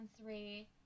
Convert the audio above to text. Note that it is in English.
three